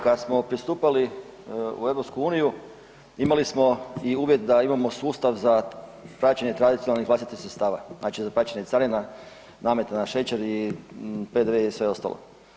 Kad smo pristupali u EU, imali smo i uvjet da imamo sustav za praćenje tradicionalnih vlastitih sredstava, znači za plaćanje carina, nameta na šećer i PDV i sve ostalo.